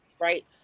right